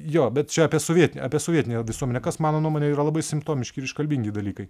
jo bet čia apie sovietinę apie sovietinę visuomenę kas mano nuomone yra labai simptomiški ir iškalbingi dalykai